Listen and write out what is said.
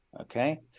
okay